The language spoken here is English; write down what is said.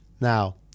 Now